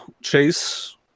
chase